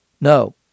no